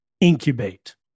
incubate